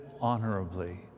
honorably